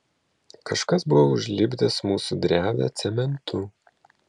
kažkas buvo užlipdęs mūsų drevę cementu